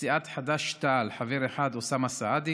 לסיעת חד"ש-תע"ל חבר אחד, אוסאמה סעדי,